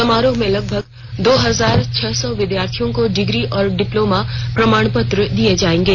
समारोह में लगभग दो हजार छह सौ विद्यार्थियों को डिग्री और डिप्लोमा प्रमाणपत्र दिए जाएंगे